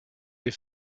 des